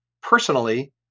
personally